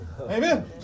Amen